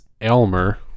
Elmer